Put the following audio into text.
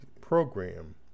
program